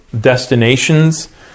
destinations